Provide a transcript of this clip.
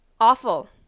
awful